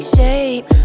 shape